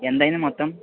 ఎంతయింది మొత్తం